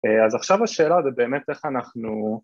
‫אז עכשיו השאלה זה באמת ‫איך אנחנו...